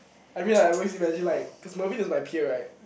I mean I always imagine like cause Mervin is my peer right